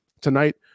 tonight